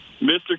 Mr